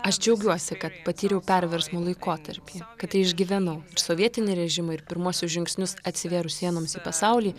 aš džiaugiuosi kad patyriau perversmo laikotarpį kad išgyvenau ir sovietinį režimą ir pirmuosius žingsnius atsivėrus sienoms į pasaulį